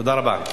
תודה רבה.